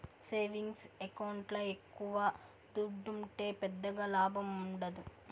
savings ఎకౌంట్ల ఎక్కవ దుడ్డుంటే పెద్దగా లాభముండదు